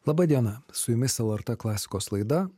laba diena su jumis lrt klasikos laida